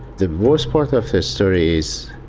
the worst part of her story is,